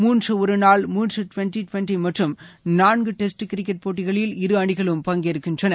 மூன்று ஒருநாள் மூன்று டுவெண்ட்டி டுவெண்ட்டி மற்றும் நான்கு டெஸ்ட் கிரிக்கெட் போட்டிகளில் இரு அணிகளும் பங்கேற்கின்றன